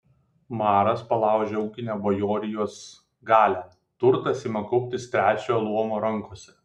maras palaužia ūkinę bajorijos galią turtas ima kauptis trečiojo luomo rankose